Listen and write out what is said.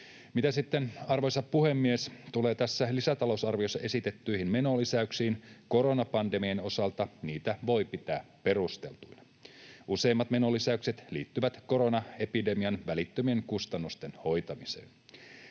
Mitä sitten, arvoisa puhemies, tulee tässä lisätalousarviossa esitettyihin menolisäyksiin, koronapandemian osalta niitä voi pitää perusteltuina. Useimmat menolisäykset liittyvät koronaepidemian välittömien kustannusten hoitamiseen.